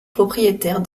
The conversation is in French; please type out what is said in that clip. propriétaire